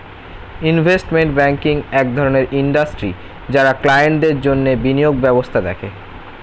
investment banking এক ধরণের industry যারা ক্লায়েন্টদের জন্যে বিনিয়োগ ব্যবস্থা দেখে